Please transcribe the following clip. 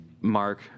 Mark